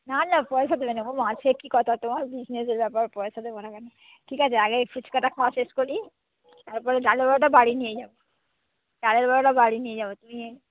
না না পয়সা দেবে না ওমা সেকি কথা তোমার বিজনেসের ব্যাপার পয়সা দেব না কেন ঠিক আছে আগে এই ফুচকাটা খাওয়া শেষ করি তারপরে ডালের বড়াটা বাড়ি নিয়ে যাবো ডালের বড়াটা বাড়ি নিয়ে যাবো তুমি